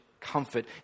comfort